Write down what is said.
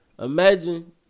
Imagine